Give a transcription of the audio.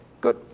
good